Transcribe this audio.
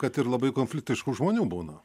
kad ir labai konfliktiškų žmonių būna